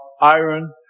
iron